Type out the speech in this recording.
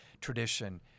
tradition